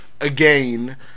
again